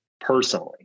personally